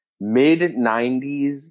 mid-90s